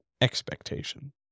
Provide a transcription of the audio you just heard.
expectation